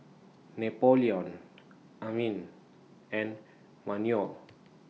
Napoleon Amin and Manuel